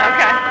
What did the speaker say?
Okay